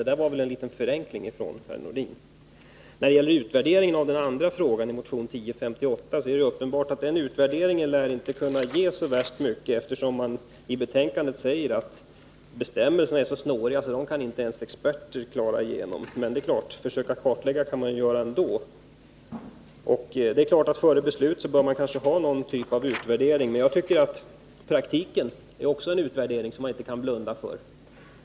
Det där var väl en liten förenkling av herr Nordin. När det gäller den andra frågan, som tas upp i motionen 1979/80:1058, är det uppenbart att en sådan utvärdering inte lär kunna ge så värst mycket, eftersom man i betänkandet säger att bestämmelserna är så snåriga att inte ens experter kan klara ut dem. Det är klart att man kan försöka göra en kartläggning ändå. Före ett beslut kanske man bör ha någon typ av utvärdering, men jag tycker att praktiken också är en utvärdering som man inte kan blunda för.